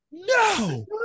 No